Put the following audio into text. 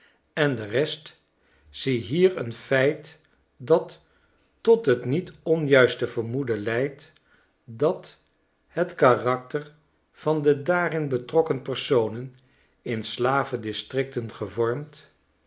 en de rest ziehier een feit dat tot het niet onjuiste vermoeden leidt dat het karakter van de daarin betrokken personen in slaven districtengevormd